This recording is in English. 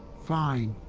fine.